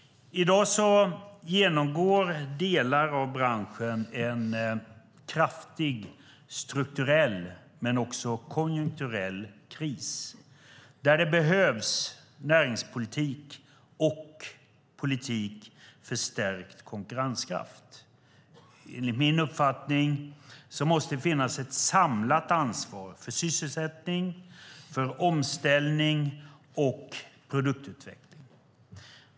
I dag genomgår delar av branschen en kraftig strukturell, men också konjunkturell, kris där det behövs näringspolitik och politik för stärkt konkurrenskraft. Enligt min uppfattning måste det finnas ett samlat ansvar för sysselsättning, omställning och produktutveckling.